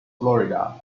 florida